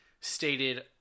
Stated